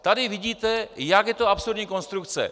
Tady vidíte, jak je to absurdní konstrukce.